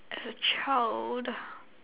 as a child